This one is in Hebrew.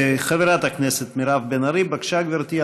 חברת הכנסת מירב בן ארי, בבקשה, גברתי.